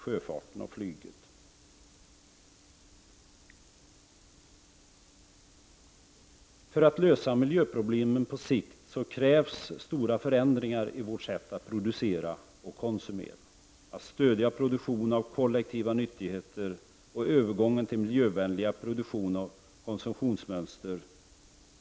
Om vi på sikt skall kunna lösa miljöproblemen krävs stora förändringar i vårt sätt att producera och konsumera. Vi måste stödja produktion av kollektiva nyttigheter samt övergång till miljövänligare produktion och konsumtionsmönster.